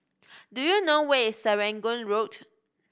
do you know where is Serangoon Road